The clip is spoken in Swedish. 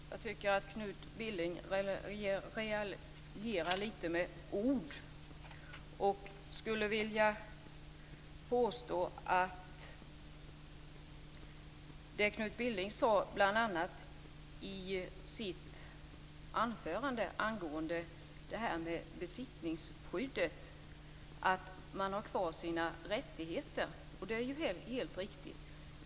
Fru talman! Jag tycker att Knut Billing raljerar lite med ord. Knut Billing sade i sitt huvudanförande bl.a. angående det här med besittningsskyddet att man har kvar sina rättigheter, vilket är helt riktigt.